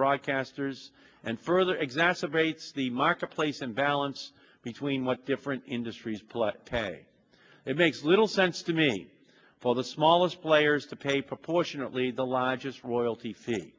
broadcasters and further exacerbates the marketplace imbalance between what different industries play k it makes little sense to me for the smallest players to pay proportionately the largest royalty fee